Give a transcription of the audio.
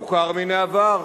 מוכר מן העבר,